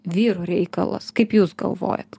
vyrų reikalas kaip jūs galvojat